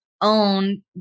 own